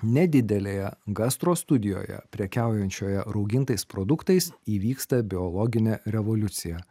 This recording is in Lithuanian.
nedidelėje gastro studijoje prekiaujančioje raugintais produktais įvyksta biologinė revoliucija